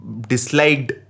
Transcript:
disliked